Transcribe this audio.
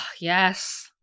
yes